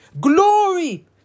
glory